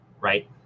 right